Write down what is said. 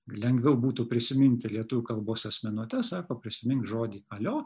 lengviau būtų prisiminti lietuvių kalbos asmenuotes sako prisimink žodį alio